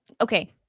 okay